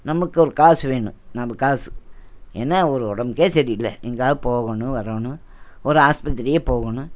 நமக்கு ஒரு காசு வேணும் நம்ப காசு என்ன ஒரு உடமுக்கே சரியில்ல எங்கையோ போகணும் வரணும் ஒரு ஆஸ்பத்திரியே போகணும்